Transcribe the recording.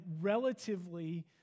relatively